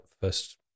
first